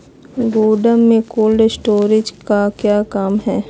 गोडम में cold storage का क्या काम है?